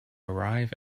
arrive